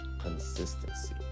consistency